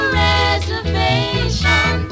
reservation